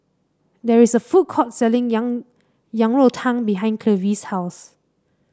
there is a food court selling yang Yang Rou Tang behind Clevie's house